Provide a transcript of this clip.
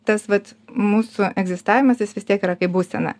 tas vat mūsų egzistavimas jis vis tiek yra kaip būsena